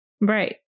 Right